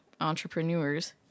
entrepreneurs